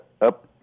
up